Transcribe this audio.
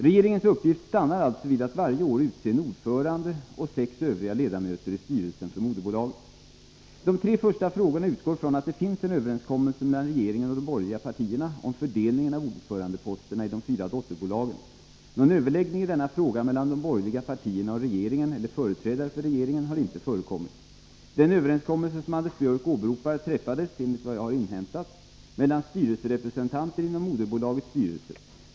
Regeringens uppgift stannar alltså vid att varje år utse en ordförande och sex övriga ledamöter i styrelsen för moderbolaget. De tre första frågorna utgår från att det finns en överenskommelse mellan regeringen och de borgerliga partierna om fördelningen av ordförandeposterna i de fyra dotterbolagen. Någon överläggning i denna fråga mellan de borgerliga partierna och regeringen eller företrädare för regeringen har inte förekommit. Den överenskommelse som Anders Björck åberopar träffades, enligt vad jag har inhämtat, mellan styrelserepresentanter inom moderbolagets styrelse.